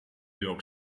york